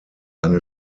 eine